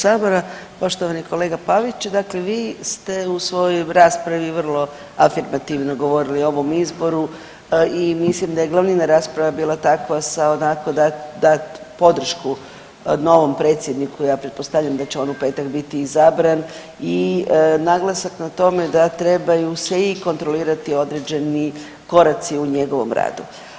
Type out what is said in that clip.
Poštovani kolega Pavić, dakle vi ste u svojoj raspravi vrlo afirmativno govorili o ovom izboru i mislim da je glavnina rasprave bila takva sa onako da da podršku novom predsjedniku, ja pretpostavljam da će on u petak biti izabran i naglasak na tome da trebaju se i kontrolirati određeni koraci u njegovom radu.